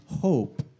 hope